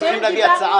הם צריכים להביא הצעה.